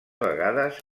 vegades